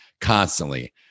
constantly